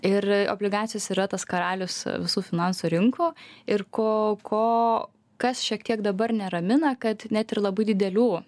ir obligacijos yra tas karalius visų finansų rinkų ir ko ko kas šiek tiek dabar neramina kad net ir labai didelių